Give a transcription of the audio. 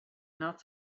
not